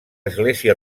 església